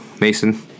Mason